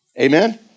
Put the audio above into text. Amen